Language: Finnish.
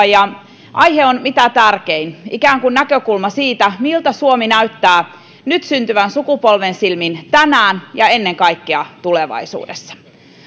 ja aihe on mitä tärkein ikään kuin näkökulma siitä miltä suomi näyttää nyt syntyvän sukupolven silmin tänään ja ennen kaikkea tulevaisuudessa